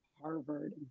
Harvard